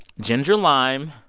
ginger lime,